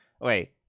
wait